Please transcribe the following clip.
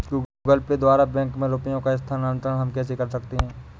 Google Pay द्वारा बैंक में रुपयों का स्थानांतरण हम कैसे कर सकते हैं?